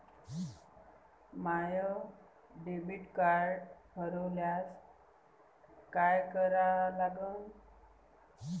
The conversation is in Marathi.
माय डेबिट कार्ड हरोल्यास काय करा लागन?